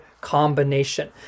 combination